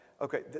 Okay